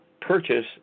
purchase